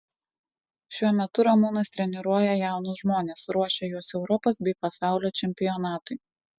šiuo metu ramūnas treniruoja jaunus žmones ruošia juos europos bei pasaulio čempionatui